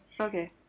Okay